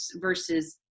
versus